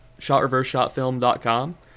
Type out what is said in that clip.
ShotReverseShotFilm.com